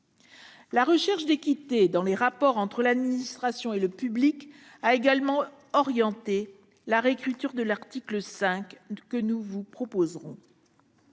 La recherche d'équité dans les rapports entre l'administration et le public a également orienté la réécriture de l'article 5 que nous vous proposerons.